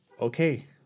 okay